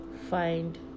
find